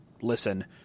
listen